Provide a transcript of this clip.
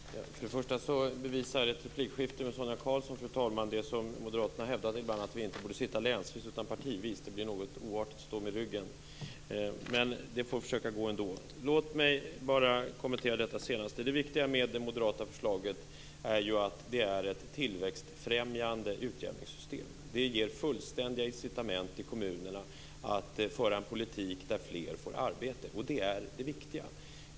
Fru talman! För det första bevisar ett replikskifte med Sonia Karlsson det som vi moderater hävdar ibland, nämligen att vi inte borde sitta länsvis utan partivis. Det blir något oartigt att stå med ryggen mot min motdebattör, men det får gå ändå. Låt mig bara kommentera det senaste. Det viktiga med det moderata förslaget är ju att det är ett tillväxtfrämjande utjämningssystem. Det ger fullständiga inicitament till kommunerna att föra en politik där fler får arbete, och det är det viktiga.